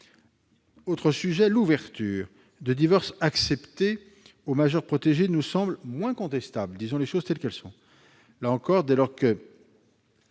Autre sujet, l'ouverture du divorce accepté aux majeurs protégés nous semble moins contestable, disons les choses telles qu'elles sont, dès lors qu'ils